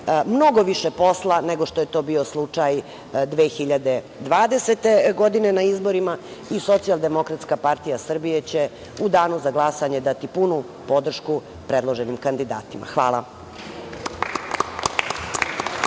mnogo više posla nego što je to bio slučaj 2020. godine na izborima. Socijaldemokratska partija Srbije će u danu za glasanje dati punu podršku predloženim kandidatima. Hvala.